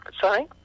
Sorry